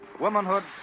womanhood